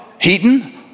Heaton